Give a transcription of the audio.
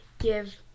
give